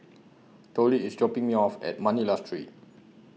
Tollie IS dropping Me off At Manila Street